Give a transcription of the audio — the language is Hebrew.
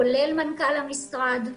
כולל מנכ"ל המשרד,